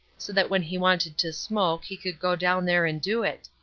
so that when he wanted to smoke he could go down there and do it.